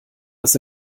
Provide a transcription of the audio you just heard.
das